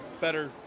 better